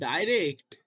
Direct